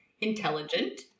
intelligent